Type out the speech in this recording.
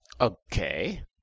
Okay